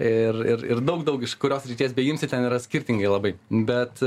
ir ir ir daug daug iš kurios srities beimsi ten yra skirtingai labai bet